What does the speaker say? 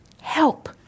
help